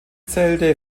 zelte